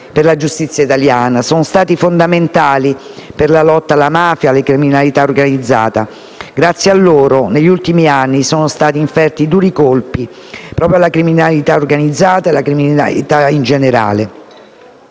per la giustizia italiana. Sono state fondamentali per la lotta alla mafia e alla criminalità organizzata. Grazie a loro negli ultimi anni sono stati inferti duri colpi alla criminalità organizzata e alla criminalità in generale.